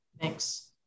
Thanks